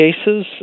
cases